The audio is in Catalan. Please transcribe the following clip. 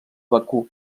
bakú